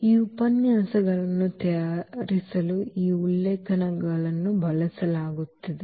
ಈ ಉಪನ್ಯಾಸಗಳನ್ನು ತಯಾರಿಸಲು ಈ ಉಲ್ಲೇಖಗಳನ್ನು ಬಳಸಲಾಗುತ್ತದೆ